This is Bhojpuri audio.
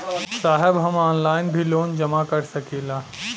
साहब हम ऑनलाइन भी लोन जमा कर सकीला?